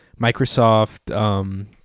Microsoft